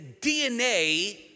DNA